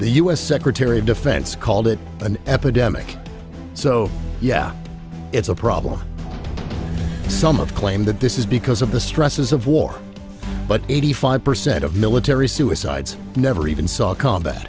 the u s secretary of defense called it an epidemic so yeah it's a problem some of claim that this is because of the stresses of war but eighty five percent of military suicides never even saw combat